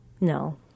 No